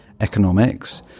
economics